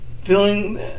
Feeling